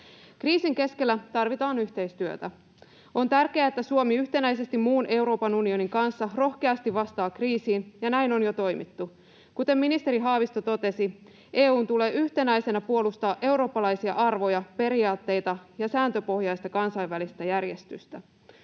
Kriisin keskellä tarvitaan yhteistyötä. On tärkeää, että Suomi yhtenäisesti muun Euroopan unionin kanssa rohkeasti vastaa kriisiin, ja näin on jo toimittu. Kuten ministeri Haavisto totesi, EU:n tulee yhtenäisenä puolustaa eurooppalaisia arvoja, periaatteita ja sääntöpohjaista kansainvälistä järjestystä.